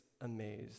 Amazed